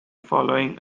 following